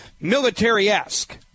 military-esque